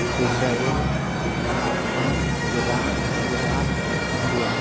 Israel Afghanistan Iran Iraq India